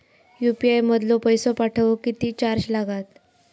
UPI मधलो पैसो पाठवुक किती चार्ज लागात?